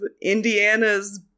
Indiana's